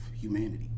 humanity